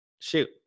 Shoot